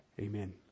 Amen